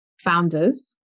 founders